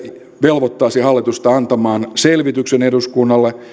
velvoittaisi hallitusta antamaan selvityksen eduskunnalle